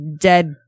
dead